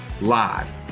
live